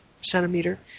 centimeter